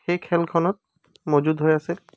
সেই খেলখনত মজুত হৈ আছে